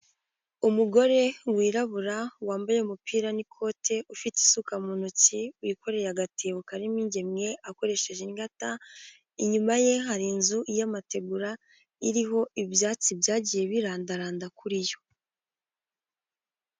Umugore wirabura wambaye umupira n'ikote ufite isuka mu ntoki wikoreye agatebo karimo ingemwe akoresheje ingata inyuma ye hari inzu y'amategura iriho ibyatsi byagiye birandaranda kuri yo.